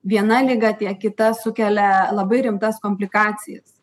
viena liga tiek kita sukelia labai rimtas komplikacijas